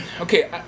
okay